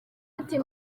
ati